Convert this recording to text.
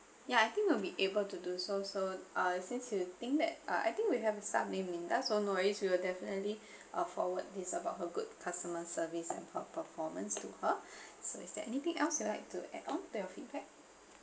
ya I think we'll be able to do so so uh since to think that uh I think we have a staff named linda so no worries we will definitely uh forward this about her good customer service and her performance to her so is there anything else you'd like to add on to your feedback